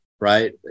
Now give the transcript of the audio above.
right